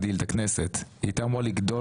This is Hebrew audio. היא הייתה אמורה לגדול